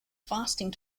fasting